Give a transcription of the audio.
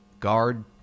guard